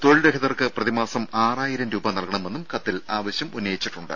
തൊഴിൽ രഹിതർക്ക് പ്രതിമാസം ആറായിരം രൂപ നൽകണമെന്നും കത്തിൽ ആവശ്യമുന്നയിച്ചിട്ടുണ്ട്